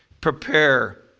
prepare